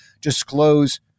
disclose